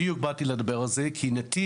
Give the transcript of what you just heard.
בדיוק באתי לדבר על זה, כי "נתיב"